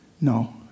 No